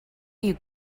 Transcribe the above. you